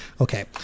okay